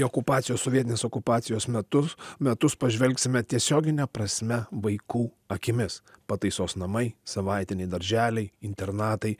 okupacijos sovietinės okupacijos metus metus pažvelgsime tiesiogine prasme vaikų akimis pataisos namai savaitiniai darželiai internatai